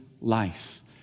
life